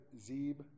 Zeb